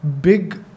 big